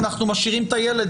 אנחנו משאירים את הילד,